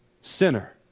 sinner